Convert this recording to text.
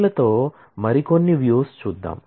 key లతో మరికొన్ని views చూద్దాం